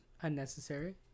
unnecessary